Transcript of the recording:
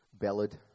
ballad